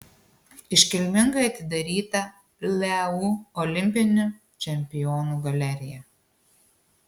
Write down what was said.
iškilmingai atidaryta leu olimpinių čempionų galerija